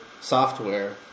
software